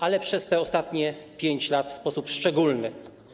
ale przez te ostatnie 5 lat w sposób szczególny.